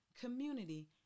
community